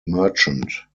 merchant